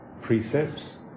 precepts